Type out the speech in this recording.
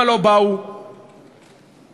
חוק-היסוד יהיה חוק משוריין ויחייב רוב של 61 חברי כנסת כדי